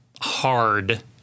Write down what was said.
hard